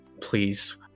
please